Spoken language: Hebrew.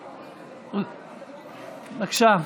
בבקשה.